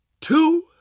two